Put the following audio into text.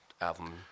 album